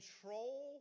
control